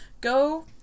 go